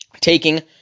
Taking